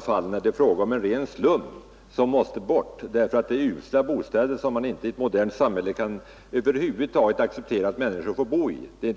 fall där det är fråga om ren slum som måste bort därför att bostäderna är så usla att man i ett modernt samhälle inte kan acceptera att människor får bo i dem.